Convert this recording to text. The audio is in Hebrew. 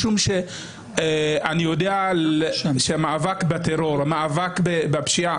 אני יודע שהמאבק בטרור, המאבק בפשיעה